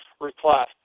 reply